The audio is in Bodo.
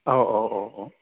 औ औ औ औ